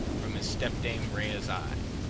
from his stepdame rhea's eye.